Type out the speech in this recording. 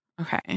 Okay